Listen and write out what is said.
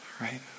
right